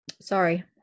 Sorry